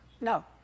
No